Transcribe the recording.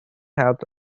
helped